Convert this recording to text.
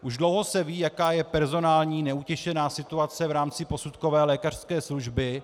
Už dlouho se ví, jaká je personální neutěšená situace v rámci posudkové lékařské služby.